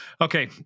Okay